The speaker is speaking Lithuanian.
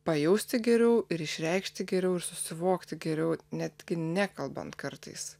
pajausti geriau ir išreikšti geriau ir susivokti geriau net nekalbant kartais